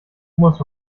muss